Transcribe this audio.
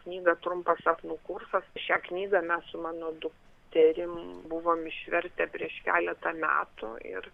knygą trumpas sapnų kursas šią knygą mes su mano dukterim buvom išvertę prieš keletą metų ir